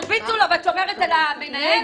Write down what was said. הרביצו לו ואת שומרת על המנהל?